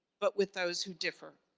but with those who differ.